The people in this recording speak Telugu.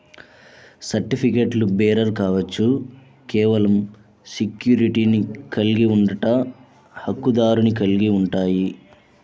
సర్టిఫికెట్లుబేరర్ కావచ్చు, కేవలం సెక్యూరిటీని కలిగి ఉండట, హక్కుదారుని కలిగి ఉంటాయి,